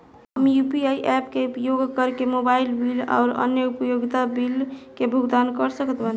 हम UPI apps के उपयोग करके मोबाइल बिल आउर अन्य उपयोगिता बिलन के भुगतान कर सकत बानी